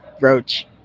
Roach